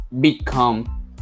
become